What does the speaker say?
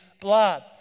blood